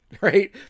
right